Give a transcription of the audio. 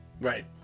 Right